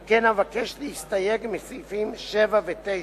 על כן אבקש להסתייג מסעיפים 7 ו-9,